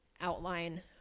outline